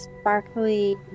sparkly